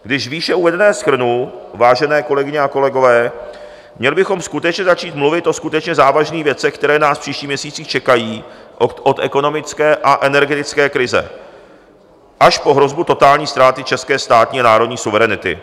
Když výše uvedené shrnu, vážené kolegyně a kolegové, měli bychom skutečně začít mluvit o závažných věcech, které nás v příštích měsících čekají od ekonomické a energetické krize až po hrozbu totální ztráty české státní a národní suverenity.